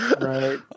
right